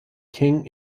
king